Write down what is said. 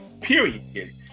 Period